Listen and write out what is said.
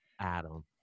Adam